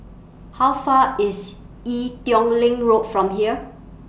How Far IS Ee Teow Leng Road from here